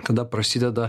tada prasideda